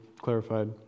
clarified